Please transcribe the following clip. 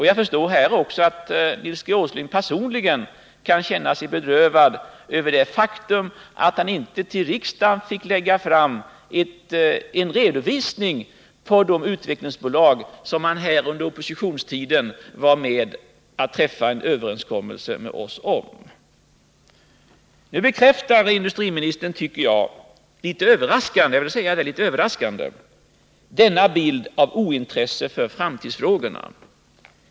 Jag förstår att Nils Åsling personligen kan känna sig bedrövad över det faktum att han inte för riksdagen fick lägga fram en redovisning för de utvecklingsbolag som han under oppositionstiden var med och träffade en överenskommelse med oss om. Nu bekräftar industriministern litet överraskande — jag vill säga det — denna bild av ointresse för framtidsfrågorna.